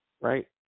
right